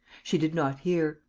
she did not hear.